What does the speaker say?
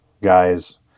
guys